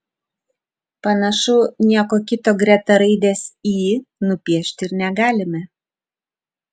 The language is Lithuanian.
panašu nieko kito greta raidės y nupiešti ir negalime